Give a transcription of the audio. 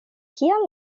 kial